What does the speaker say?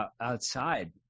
outside